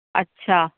اچھا